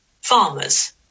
farmers